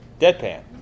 deadpan